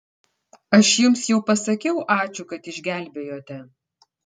aš jums jau pasakiau ačiū kad išgelbėjote